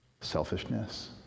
Selfishness